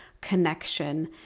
connection